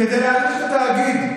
כדי להחליש את התאגיד.